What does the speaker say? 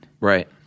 Right